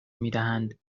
میدهند